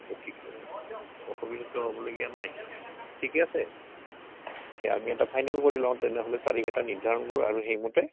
গতিকে অসুবিধাটো হ'বলগীয়া নাই ঠিকে আছে এ আমি এটা ফাইনেল কৰি লওঁ তেনেহ'লে তাৰিখ এটা নিৰ্ধাৰণ কৰোঁ আৰু সেইমতে